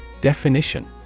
Definition